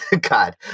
god